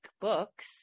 books